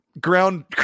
ground